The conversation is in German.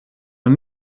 man